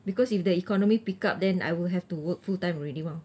because if the economy pick up then I will have to work full time already mah